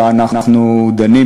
שבה אנחנו דנים,